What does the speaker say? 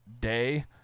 day